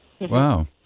Wow